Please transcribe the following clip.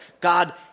God